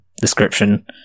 description